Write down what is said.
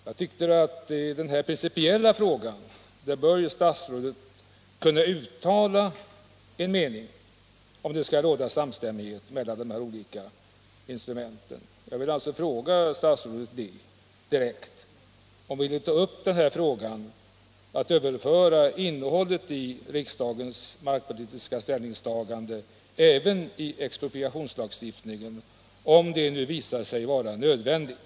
Jag tycker att statsrådet i den här principiella frågan bör kunna uttala en mening — om det skall råda samstämmighet mellan dessa olika instrument. Jag vill alltså fråga statsrådet direkt om hon vill ta upp den här frågan om att överföra innehållet i riksdagens markpolitiska ställningstagande även till expropriationslagstiftningen, om det nu visar sig vara nödvändigt.